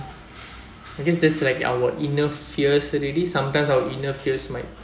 I guess just like our inner fears already sometimes our inner fears might